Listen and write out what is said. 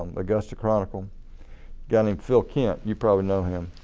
augusta chronicle guy named phil kent, you probably know him.